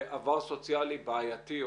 שעבר סוציאלי בעייתי,